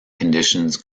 conditions